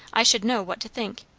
i should know what to think.